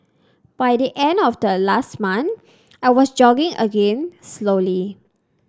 by the end of last month I was jogging again slowly